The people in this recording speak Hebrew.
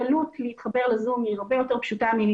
הקלות להתחבר ל-זום היא הרבה יותר פשוטה מאשר